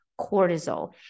cortisol